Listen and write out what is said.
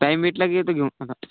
time भेटला की येतो घेऊन आता